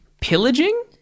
pillaging